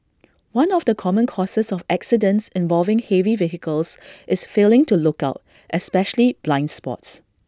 one of the common causes of accidents involving heavy vehicles is failing to look out especially blind spots